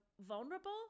vulnerable